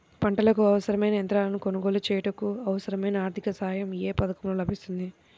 పంటకు అవసరమైన యంత్రాలను కొనగోలు చేయుటకు, అవసరమైన ఆర్థిక సాయం యే పథకంలో లభిస్తుంది?